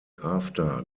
after